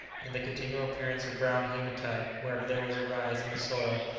and the continual appearance of brown hematite wherever there was a rise in the soil,